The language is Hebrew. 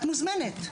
את מוזמנת.